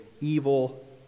evil